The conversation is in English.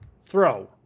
throw